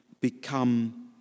become